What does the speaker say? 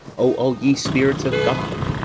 o all ye spirits of god,